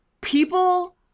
People